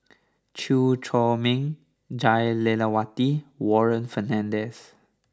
Chew Chor Meng Jah Lelawati Warren Fernandez